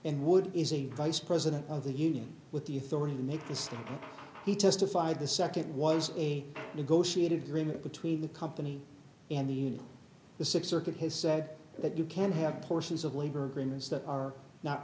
and would is a vice president of the union with the authority to make the statement he testified the second was a negotiated agreement between the company and the the six circuit has said that you can't have portions of labor agreements that are not